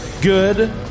Good